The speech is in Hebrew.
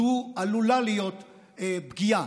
זו עלולה להיות פגיעה,